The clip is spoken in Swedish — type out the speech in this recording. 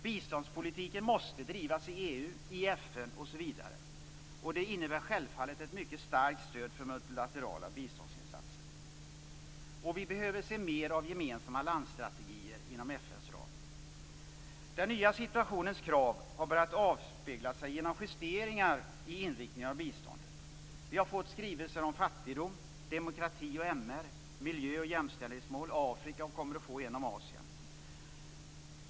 Biståndspolitiken måste drivas i EU, i FN osv. Det innebär självfallet ett mycket starkt stöd för multilaterala biståndsinsatser. Vi behöver se mer av gemensamma landstrategier inom FN:s ram. Den nya situationens krav har börjat avspegla sig i justeringar i inriktningen av biståndet. Vi har fått skrivelser om fattigdom, om demokrati och MR, om miljö och jämställdhetsmål och om Afrika, och vi kommer också att få en om Asien.